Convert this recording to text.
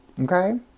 Okay